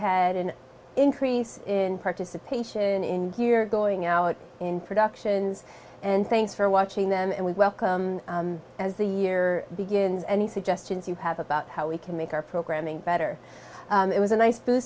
had an increase in participation in here going out in productions and thanks for watching them and we welcome as the year begins any suggestions you have about how we can make our programming better it was a nice boo